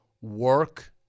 work